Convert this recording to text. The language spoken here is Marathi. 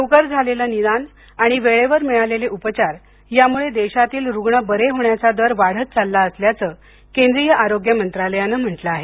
लवकर झालेलं निदान आणि वेळेवर मिळालेले उपचार यामुळे देशातील रुग्ण बरे होण्याचा दर वाढत चालला असल्याचं केंद्रीय आरोग्य मंत्रालयानं म्हंटलं आहे